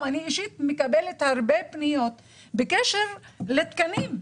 אני אישית מקבלת הרבה פניות בקשר לתקנים.